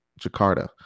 jakarta